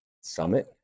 summit